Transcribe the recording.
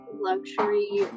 luxury